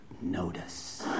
notice